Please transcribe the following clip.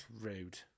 Rude